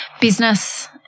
business